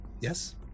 yes